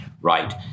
right